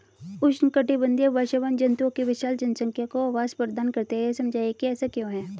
उष्णकटिबंधीय वर्षावन जंतुओं की विशाल जनसंख्या को आवास प्रदान करते हैं यह समझाइए कि ऐसा क्यों है?